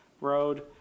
road